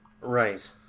Right